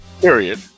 Period